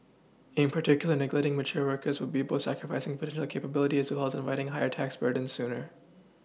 in particular neglecting mature workers would be both sacrificing potential capability as well as inviting higher tax burdens sooner